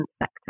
sector